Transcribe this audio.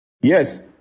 Yes